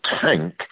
tank